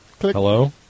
Hello